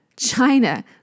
China